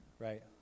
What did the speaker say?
Right